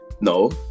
No